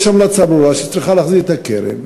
יש המלצה ברורה שהיא צריכה להחזיר את הקרן,